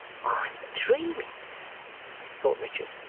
i'm dreaming thought richard,